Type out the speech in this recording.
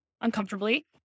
uncomfortably